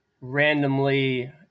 randomly